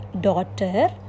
daughter